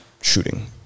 shooting